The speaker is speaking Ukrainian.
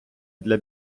для